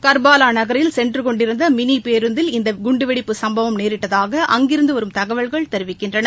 கா்பாலா நகரில் சென்று கொண்டிருந்த மினி பேருந்தில் இந்த குண்டுவெடிப்பு சும்பவம் நேரிட்டதாக அங்கிருந்து வரும் தகவல்கள் தெரிவிக்கின்றன